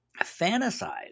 fantasize